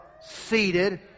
seated